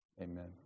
Amen